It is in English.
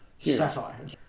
satire